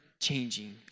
changing